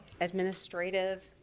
administrative